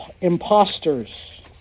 imposters